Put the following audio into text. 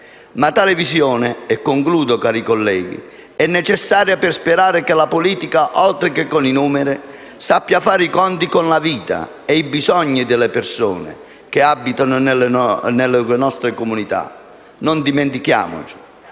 Tale visione - e concludo, cari colleghi - è necessaria per sperare che la politica, oltre che con i numeri, sappia fare i conti con la vita e i bisogni delle persone che abitano le nostre comunità. Non dimentichiamolo!